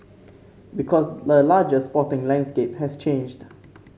because the larger sporting landscape has changed